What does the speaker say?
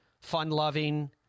fun-loving